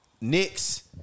Knicks